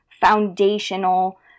foundational